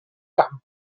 camp